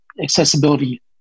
accessibility